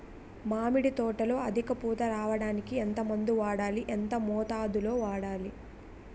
మామిడి తోటలో అధిక పూత రావడానికి ఎంత మందు వాడాలి? ఎంత మోతాదు లో వాడాలి?